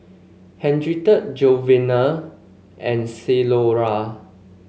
Henriette Jovani and Ceola